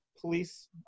Police